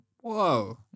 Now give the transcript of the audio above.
Whoa